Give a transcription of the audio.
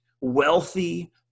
wealthy